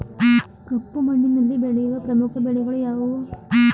ಕಪ್ಪು ಮಣ್ಣಿನಲ್ಲಿ ಬೆಳೆಯುವ ಪ್ರಮುಖ ಬೆಳೆಗಳು ಯಾವುವು?